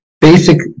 Basic